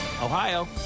Ohio